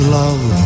love